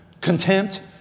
contempt